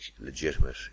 legitimate